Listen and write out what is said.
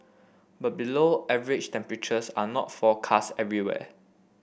but below average temperatures are not forecast everywhere